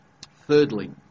Thirdly